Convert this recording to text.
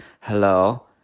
hello